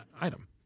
item